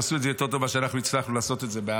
הם עשו את זה יותר טוב ממה שאנחנו הצלחנו לעשות בעזה.